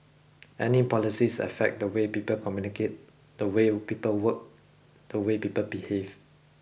any policies affect the way people communicate the way people work the way people behave